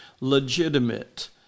legitimate